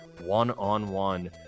one-on-one